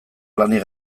lanik